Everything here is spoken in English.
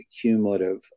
cumulative